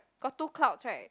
got two clouds right